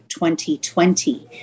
2020